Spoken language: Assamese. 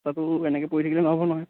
খুটাতো এনেকে পৰি থাকিলে নহ'ব নহয়